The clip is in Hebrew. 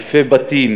אלפי בתים